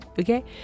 okay